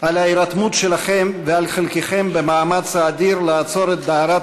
על ההירתמות שלכם ועל חלקכם במאמץ האדיר לעצור את דהרת